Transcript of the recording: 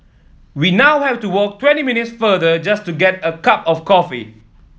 we now have to walk twenty minutes farther just to get a cup of coffee